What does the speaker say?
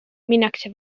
minnakse